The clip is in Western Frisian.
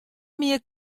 mear